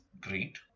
great